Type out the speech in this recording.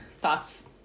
thoughts